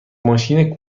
ماشین